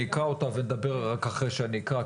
אני אקרה אותה ואדבר רק אחרי שאקרה,